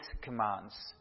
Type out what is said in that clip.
commands